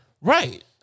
Right